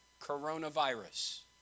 coronavirus